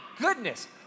goodness